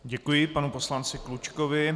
Děkuji panu poslanci Klučkovi.